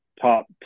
top